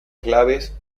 claves